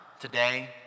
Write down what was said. today